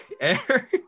air